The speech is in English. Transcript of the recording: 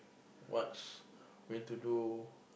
what's going to do